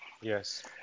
Yes